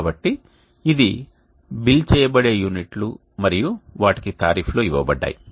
కాబట్టి ఇది బిల్ చేయబడే యూనిట్లు మరియు వాటికి టారిఫ్లు ఇవ్వబడ్డాయి